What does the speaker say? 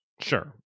sure